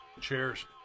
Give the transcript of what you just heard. Cheers